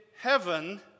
heaven